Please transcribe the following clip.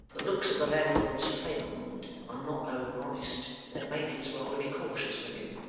the looks of the landlord's friend are not over honest, and it may be as well to be cautious with him